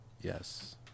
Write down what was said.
Yes